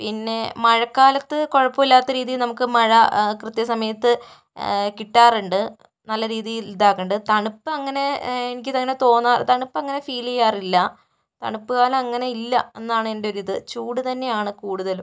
പിന്നെ മഴക്കാലത്ത് കുഴപ്പമില്ലാത്ത രീതിയിൽ നമുക്ക് മഴ കൃത്യസമയത്ത് കിട്ടാറുണ്ട് നല്ല രീതിൽ ഇതാക്കുന്നുണ്ട് തണുപ്പങ്ങനെ എനിക്ക് ഇതങ്ങനെ തണുപ്പങ്ങനെ ഫീല് ചെയ്യാറില്ല തണുപ്പ് കാലം അങ്ങനെ ഇല്ല എന്നാണെൻ്റെ ഒരു ഇത് ചൂട് തന്നെയാണ് കൂടുതലും